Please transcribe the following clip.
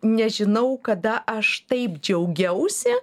nežinau kada aš taip džiaugiausi